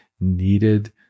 needed